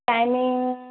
timing